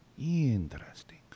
Interesting